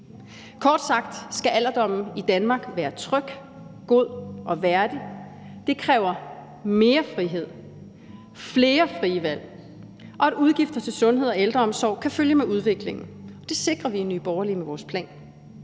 Kort sagt skal alderdommen i Danmark være tryg, god og værdig. Det kræver mere frihed, flere frie valg, og at udgifter til sundhed og ældreomsorg kan følge med udviklingen. Det sikrer vi i Nye Borgerlige med vores plan.